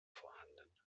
vorhanden